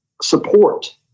support